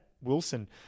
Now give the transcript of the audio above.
Wilson